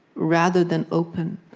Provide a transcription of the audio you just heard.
rather than open.